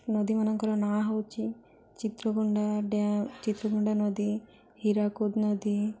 ନଦୀମାନଙ୍କର ନାଁ ହେଉଛି ଚିତ୍ରଗୁଣ୍ଡା ଚିତ୍ରଗୁଣ୍ଡା ନଦୀ ହୀରାକୁଦ ନଦୀ